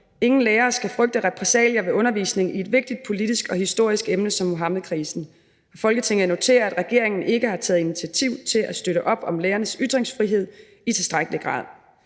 Ingen lærere skal frygte repressalier ved undervisning i et vigtigt politisk og historisk emne som Muhammedkrisen. Folketinget noterer, at regeringen ikke har taget initiativ til at støtte op om lærernes ytringsfrihed i tilstrækkelig grad.